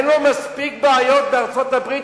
אין לו מספיק בעיות בארצות-הברית,